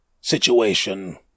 situation